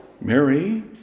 Mary